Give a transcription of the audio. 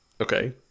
Okay